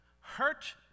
hurt